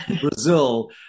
Brazil